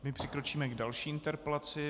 My přikročíme k další interpelaci.